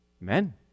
men